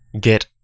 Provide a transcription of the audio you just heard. get